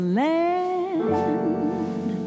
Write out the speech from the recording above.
land